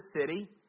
city